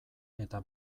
eta